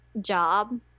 job